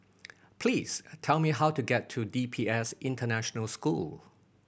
please tell me how to get to D P S International School